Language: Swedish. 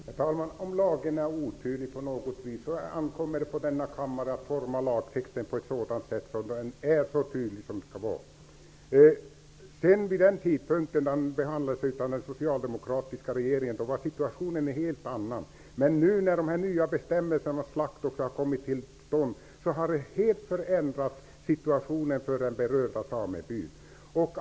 Herr talman! Om lagen är otydlig ankommer det på denna kammare att utforma lagtexten på ett sådant sätt att den är så tydlig som den skall vara. Vid den tidpunkten då frågan behandlades av den socialdemokratiska regeringen var situationen en helt annan. När de nya bestämmelserna om slakt nu har kommit till stånd har situationen för den berörda samebyn helt förändrats.